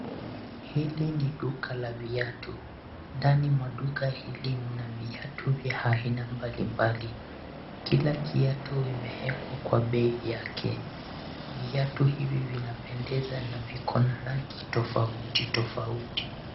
Hili ni duka la viatu. Ndani mwa duka hili mna viatu vya aina mbalimbali. Kila kiatu imeekwa kwa bei yake. Viatu hivi vinapendeza na viko na rangi tofauti tofauti.